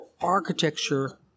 Architecture